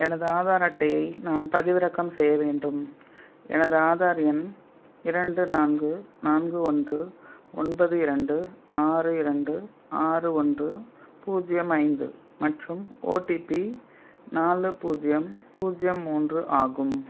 எனது ஆதார் அட்டையை நான் பதிவிறக்கம் செய்ய வேண்டும் எனது ஆதார் எண் இரண்டு நான்கு நான்கு ஒன்று ஒன்பது இரண்டு ஆறு இரண்டு ஆறு ஒன்று பூஜ்ஜியம் ஐந்து மற்றும் ஓடிபி நாலு பூஜ்ஜியம் பூஜ்ஜியம் மூன்று ஆகும்